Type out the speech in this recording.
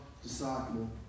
Disciple